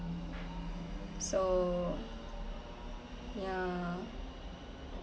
so yeah